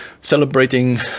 celebrating